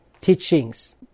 teachings